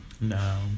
No